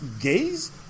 gays